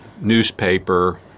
newspaper